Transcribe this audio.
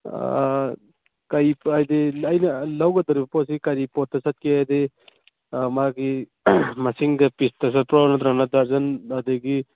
ꯀꯔꯤ ꯍꯥꯏꯗꯤ ꯑꯩꯅ ꯂꯧꯒꯗꯣꯔꯤꯕ ꯄꯣꯠꯁꯤ ꯀꯔꯤ ꯄꯣꯠꯇ ꯆꯠꯀꯦ ꯍꯥꯏꯗꯤ ꯑꯥ ꯃꯥꯒꯤ ꯃꯁꯤꯡꯗ ꯄꯤꯁꯇ ꯆꯠꯄ꯭ꯔꯣ ꯅꯠꯇ꯭ꯔꯒꯅ ꯗꯔꯖꯟ ꯑꯗꯒꯤ